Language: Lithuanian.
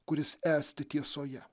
kuris esti tiesoje